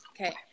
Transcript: Okay